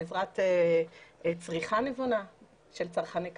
בעזרת צריכה נבונה של צרכני קצר.